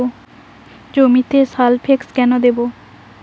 জমিতে সালফেক্স কেন দেবো?